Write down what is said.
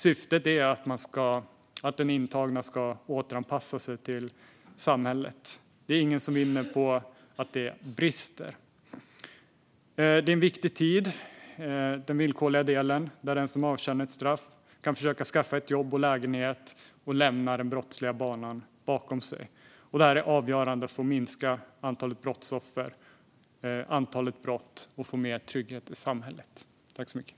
Syftet är att de intagna ska återanpassa sig till samhället. Det är ingen som vinner på att det brister. Den villkorliga delen är en viktig tid, där den som avtjänar ett straff kan försöka skaffa jobb och lägenhet och lämna den brottsliga banan bakom sig. Detta är avgörande för att minska antalet brottsoffer och antalet brott och få mer trygghet i samhället.